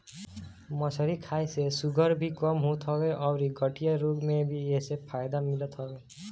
मछरी खाए से शुगर भी कम होत हवे अउरी गठिया रोग में भी एसे फायदा मिलत हवे